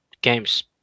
games